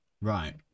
Right